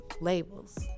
labels